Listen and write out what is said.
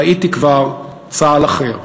ראיתי כבר צה"ל אחר,